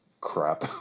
crap